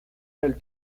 del